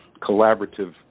collaborative